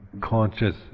conscious